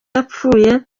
yapfuye